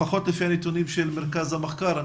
לפחות לפי הנתונים של מרכז המחקר,